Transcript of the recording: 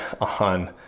on